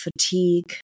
fatigue